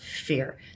fear